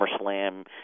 SummerSlam